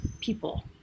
people